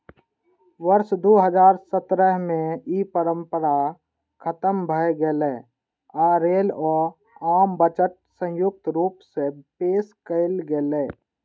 वर्ष दू हजार सत्रह मे ई परंपरा खतम भए गेलै आ रेल व आम बजट संयुक्त रूप सं पेश कैल गेलै